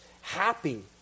happy